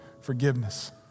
forgiveness